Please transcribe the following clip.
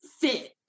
fit